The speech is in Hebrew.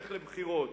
נלך לבחירות.